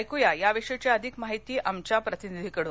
ऐकूया या विषयीची अधिक माहिती आमच्या प्रतिनिधीकडून